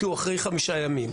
כי הוא אחרי חמישה ימים.